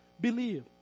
believe